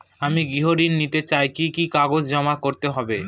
আমি গৃহ ঋণ নিতে চাই কি কি কাগজ জমা করতে হবে?